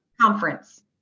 conference